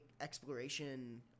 exploration